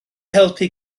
helpu